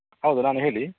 ಹೌದು ನಾನೆ ಹೇಳಿ